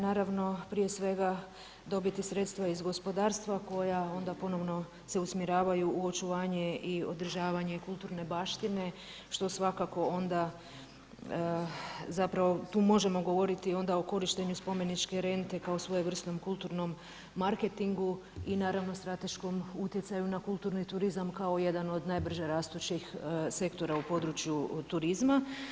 Naravno prije svega dobiti sredstva iz gospodarstva koja onda ponovno se usmjeravaju u očuvanje i održavanje kulturne baštine što svakako onda zapravo tu možemo govoriti onda o korištenju spomeničke rente kao svojevrsnom kulturnom marketingu i naravno strateškom utjecaju na kulturni turizam kao jedan od najbrže rastućih sektora u području turizma.